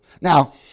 Now